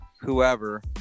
whoever